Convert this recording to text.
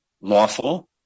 lawful